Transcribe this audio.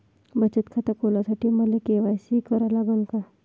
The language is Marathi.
बचत खात खोलासाठी मले के.वाय.सी करा लागन का?